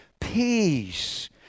Peace